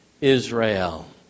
Israel